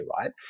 right